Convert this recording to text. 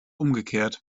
umgekehrt